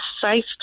safe